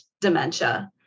dementia